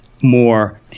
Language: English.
more